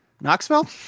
Knoxville